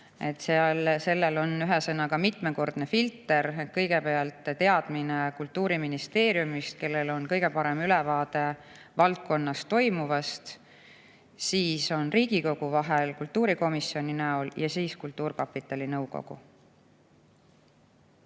Sellel on ühesõnaga mitmekordne filter. Kõigepealt teadmine Kultuuriministeeriumist, kellel on kõige parem ülevaade valdkonnas toimuvast, vahel on Riigikogu kultuurikomisjoni näol ja siis kultuurkapitali nõukogu.